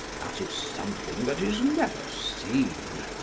that is something that is never seen.